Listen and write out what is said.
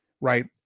right